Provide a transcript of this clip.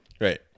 Right